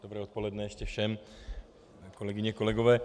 Dobré odpoledne ještě všem, kolegyně, kolegové.